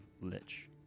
lich